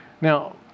Now